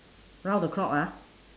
round the clock ah